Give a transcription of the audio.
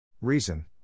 Reason